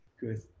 Good